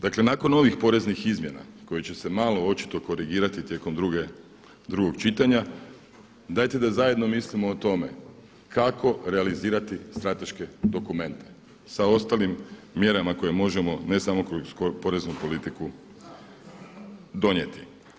Dakle, nakon ovih poreznih izmjena koje će se malo očito korigirati tijekom drugog čitanja, dajte da zajedno mislimo o tome kako realizirati strateške dokumente sa ostalim mjerama koje možemo ne samo kroz poreznu politiku donijeti.